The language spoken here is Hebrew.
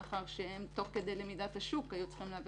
מאחר שתוך כדי למידת השוק הם כבר היו צריכים להעביר